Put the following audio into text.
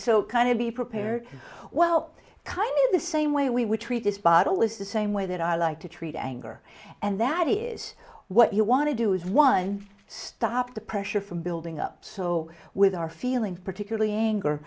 so kind of be prepared well kind of the same way we would treat this bottle is the same way that i like to treat anger and that is what you want to do is one stop the pressure from building up so with our feeling particularly anger